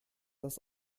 das